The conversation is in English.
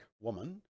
woman